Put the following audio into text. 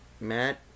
Matt